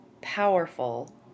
powerful